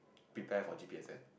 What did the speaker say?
prepare for G_P S_S